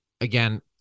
Again